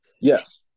yes